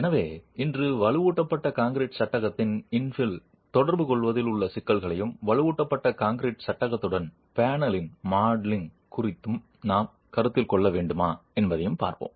எனவே இன்று வலுவூட்டப்பட்ட கான்கிரீட் சட்டகத்துடன் இன்ஃபில் தொடர்பு கொள்வதில் உள்ள சிக்கலையும் வலுவூட்டப்பட்ட கான்கிரீட் சட்டகத்துடன் பேனலின் மாடலிங் குறித்து நாம் கருத்தில் கொள்ள வேண்டுமா என்பதையும் பார்ப்போம்